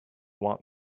want